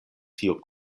tiu